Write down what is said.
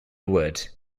wood